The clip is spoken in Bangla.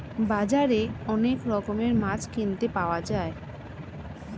বাজারে অনেক রকমের মাছ কিনতে পাওয়া যায়